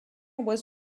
was